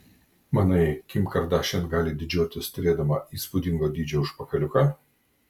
manai kim kardašian gali didžiuotis turėdama įspūdingo dydžio užpakaliuką